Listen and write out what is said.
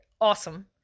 Awesome